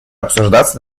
обсуждаться